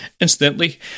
Incidentally